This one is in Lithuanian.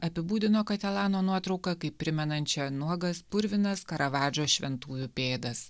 apibūdino katelano nuotrauką kaip primenančią nuogas purvinas karavadžo šventųjų pėdas